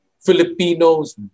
Filipinos